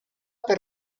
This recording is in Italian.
per